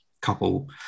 couple